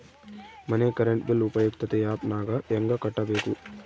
ಮನೆ current bill ಉಪಯುಕ್ತತೆ app ನಾಗ ಹೆಂಗ ಕಟ್ಟಬೇಕು?